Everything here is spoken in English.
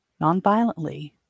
nonviolently